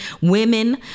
women